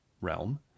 realm